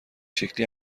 شکلی